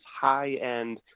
high-end